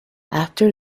after